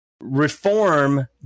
reform